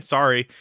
Sorry